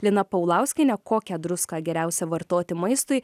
lina paulauskienė kokią druską geriausia vartoti maistui